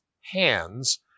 hands